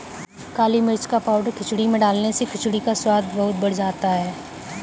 काली मिर्च का पाउडर खिचड़ी में डालने से खिचड़ी का स्वाद बहुत बढ़ जाता है